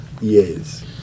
Yes